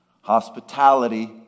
hospitality